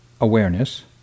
awareness